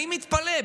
אני מתפלא.